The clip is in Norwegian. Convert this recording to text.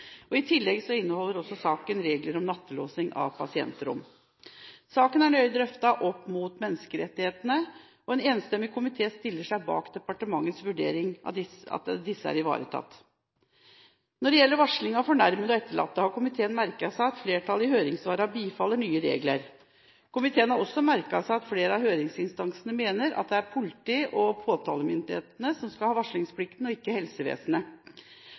i straffeprosessloven. I tillegg inneholder også saken regler om nattelåsing av pasientrom. Saken er nøye drøftet opp mot menneskerettighetene, og en enstemmig komité stiller seg bak departementets vurdering av at disse er ivaretatt. Når det gjelder varsling av fornærmede og etterlatte, har komiteen merket seg at flertallet i høringssvarene bifaller nye regler. Komiteen har også merket seg at flere av høringsinstansene mener at det er politiet/påtalemyndighetene som skal ha varslingsplikten, og ikke helsevesenet.